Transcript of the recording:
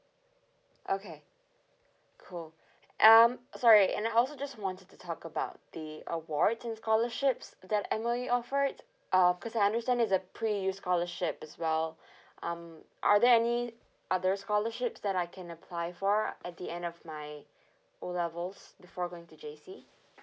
okay cool um sorry and I also just wanted to talk about the awards and scholarships that M_O_E offered um cause I understand it's a pre U scholarship as well um are there any other scholarships that I can apply for at the end of my O levels before going to J_C